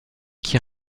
qui